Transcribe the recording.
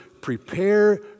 prepare